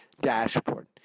dashboard